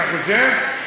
אתה חושב?